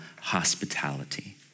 hospitality